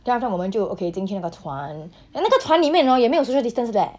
then after that 我们就 okay 进去那个船 then 那个船里面 hor 也没有 social distance 的 leh